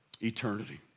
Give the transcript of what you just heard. eternity